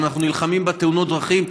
אם אנחנו נלחמים בתאונות הדרכים,